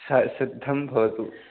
सः सिद्धं भवतु